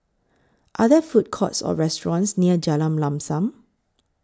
Are There Food Courts Or restaurants near Jalan Lam SAM